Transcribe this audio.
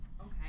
Okay